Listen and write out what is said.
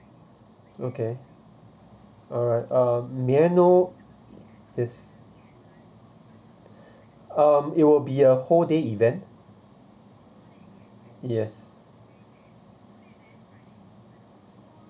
okay alright um may I know yes um it will be a whole day event yes